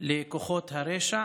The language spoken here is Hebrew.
לכוחות הרשע